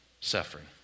suffering